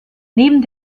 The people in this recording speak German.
neben